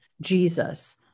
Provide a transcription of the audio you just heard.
Jesus